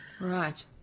Right